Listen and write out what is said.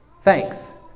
thanks